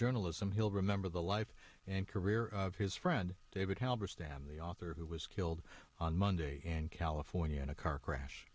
journalism he'll remember the life and career of his friend david halberstam the author who was killed on monday in california in a car crash